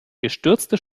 gestürzte